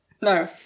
no